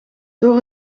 door